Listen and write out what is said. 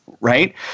Right